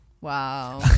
wow